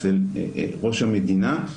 אצל ראש המדינה.